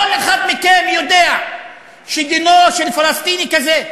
כל אחד מכם יודע שדינו של פלסטיני כזה,